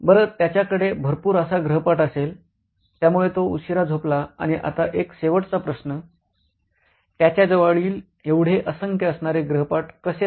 बरं त्याच्याकडे भरपूर असा गृहपाठ असेल त्यामुळे तो उशीरा झोपला आणि आता एक शेवटचा प्रश्न त्याच्या जवळ एवढे असंख्य गृहपाठ का आहेत